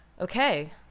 okay